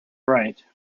right